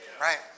right